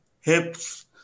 hips